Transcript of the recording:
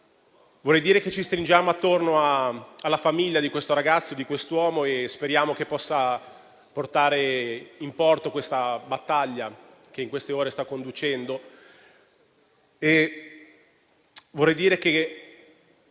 Vorrei dire che ci stringiamo attorno alla famiglia di questo ragazzo, di quest'uomo, e speriamo che possa vincere la battaglia che in queste ore sta combattendo.